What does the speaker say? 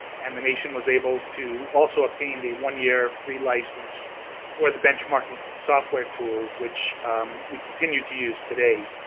and the nation was able to also obtain the one-year free license for the benchmarking software tool which we continue to use today